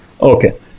Okay